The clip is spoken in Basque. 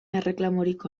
erreklamorik